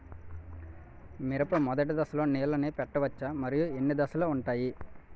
మిరప మొదటి దశలో నీళ్ళని పెట్టవచ్చా? మరియు ఎన్ని దశలు ఉంటాయి?